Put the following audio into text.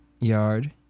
yard